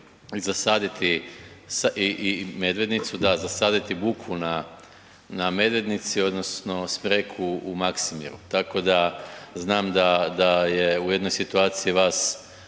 i Medvednicu da, zasaditi bukvu na Medvednici odnosno smreku u Maksimiru, tako da znam da, da je u jednoj situaciji vas